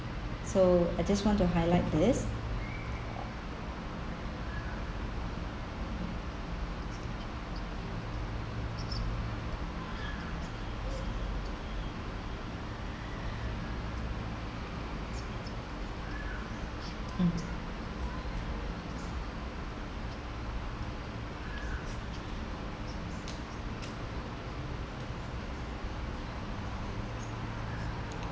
so I just want to highlight this hmm